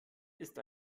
ist